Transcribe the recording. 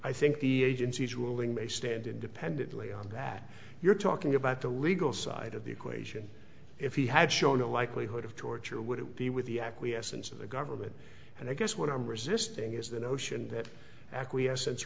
i think the agency's ruling may stand independently on that you're talking about the legal side of the equation if he had shown a likelihood of torture would it be with the acquiescence of the government and i guess what i'm resisting is the notion that acquiesce